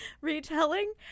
retelling